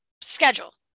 schedule